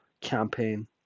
campaign